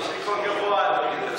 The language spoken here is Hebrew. יש לי קול גבוה, אדוני.